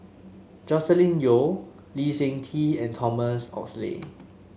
Joscelin Yeo Lee Seng Tee and Thomas Oxley